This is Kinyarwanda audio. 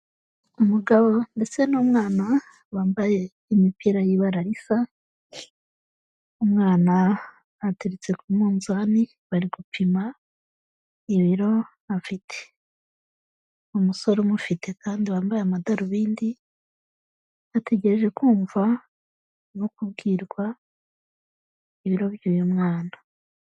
Umugabo ndetse n'umwana bambaye imipira y'ibara risa, umwana ateretse ku munzani bari gupima ibiro afite. Umusore umufite kandi wambaye amadarubindi, ategereje kumva no kubwirwa ibiro by'uyu mwana.